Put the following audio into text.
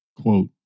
quote